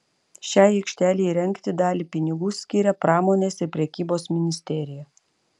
šiai aikštelei įrengti dalį pinigų skiria pramonės ir prekybos ministerija